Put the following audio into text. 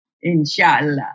Inshallah